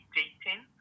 dating